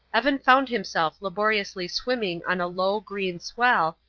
evan found himself laboriously swimming on a low, green swell,